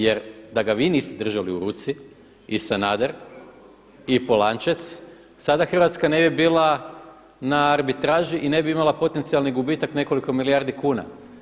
Jer da ga vi niste držali u ruci i Sanader i Polančec sada Hrvatska ne bi bila na arbitraži i ne bi imala potencijalni gubitak nekoliko milijardi kuna.